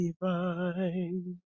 divine